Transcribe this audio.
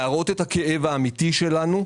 להראות את הכאב האמיתי שלנו.